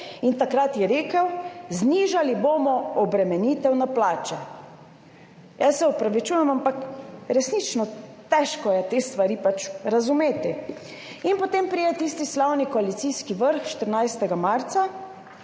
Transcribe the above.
in takrat je rekel, znižali bomo obremenitev na plače. Jaz se opravičujem, ampak resnično je težko razumeti te stvari. Potem pride tisti slavni koalicijski vrh 14. marca,